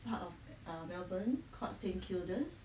part of err melbourne called saint kilda